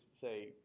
say